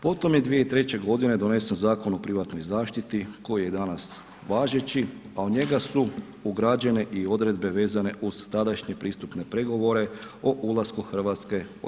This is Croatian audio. Potom je 2003. godine donesen Zakon o privatnoj zaštiti koji je danas važeći, a u njega su ugrađene i odredbe vezane uz tadašnje pristupne pregovore o ulasku Hrvatske u EU.